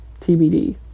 TBD